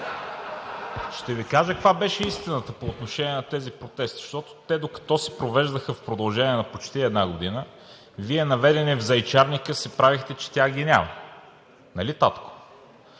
ще Ви кажа каква беше истината по отношение на тези протести, защото, докато те се провеждаха в продължение на почти една година, Вие, наведени в зайчарника, се правехте, че тях ги няма. Нали, татко?